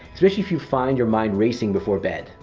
especially if you find your mind racing before bed.